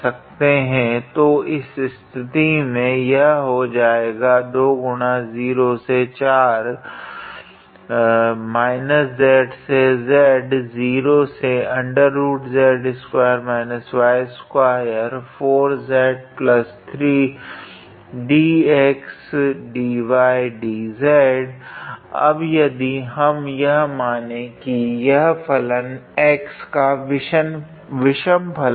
तो तब इस स्थिति में यह हो जाएगा अब यदि हम यह माने की यह फलन x का विषम फलन है